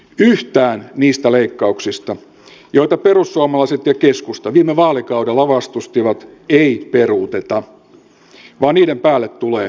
yhtään niistä leikkauksista joita perussuomalaiset ja keskusta viime vaalikaudella vastustivat ei peruuteta vaan niiden päälle tulee uusia